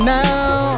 now